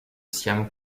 siam